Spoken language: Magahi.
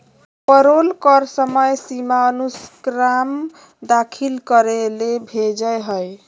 पेरोल कर समय सीमा अनुस्मारक दाखिल करे ले भेजय हइ